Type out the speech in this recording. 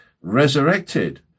resurrected